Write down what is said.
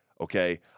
Okay